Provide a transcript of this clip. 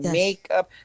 makeup